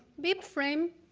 bibframe,